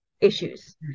issues